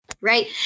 Right